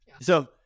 So-